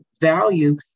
value